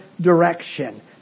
direction